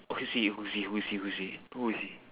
he who's he who's he who's he who is he